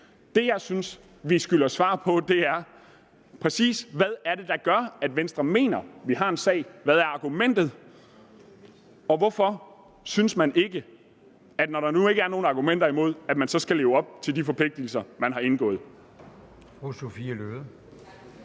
Det, jeg synes man skylder svar på, er, hvad der præcis gør, at Venstre mener, at vi har en sag. Hvad er argumentet, og hvorfor synes man ikke, når der nu ikke er nogle argumenter imod, at vi skal leve op til de forpligtelser, vi har påtaget